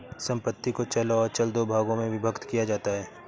संपत्ति को चल और अचल दो भागों में विभक्त किया जाता है